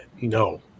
No